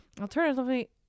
Alternatively